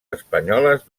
espanyoles